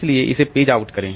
इसलिए इसे page out करें